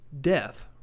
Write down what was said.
death